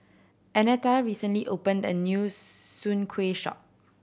Annetta recently opened a new Soon Kuih shop